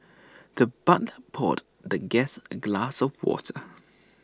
the butler poured the guest A glass of water